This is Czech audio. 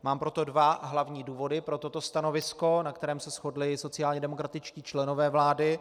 Mám pro to dva hlavní důvody, pro toto stanovisko, na kterém se shodli sociálně demokratičtí členové vlády.